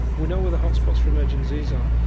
we know where the hotspots for emerging diseases are.